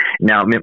Now